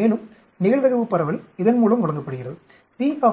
மேலும் நிகழ்தகவு பரவல் இதன் மூலம் வழங்கப்படுகிறது இங்கு